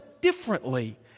differently